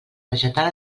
vegetal